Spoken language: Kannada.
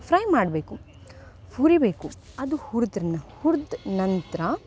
ಫ್ರೈ ಮಾಡಬೇಕು ಹುರಿಯಬೇಕು ಅದು ಹುರ್ದ್ರ ಹುರ್ದ ನಂತರ